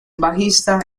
bajista